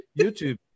YouTube